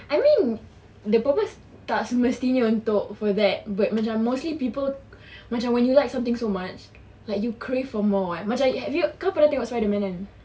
I mean the purpose tak semestinya untuk for that but macam mostly people macam when you like something so much like you crave for more [what] macam if you kau pernah tengok spiderman kan